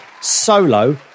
solo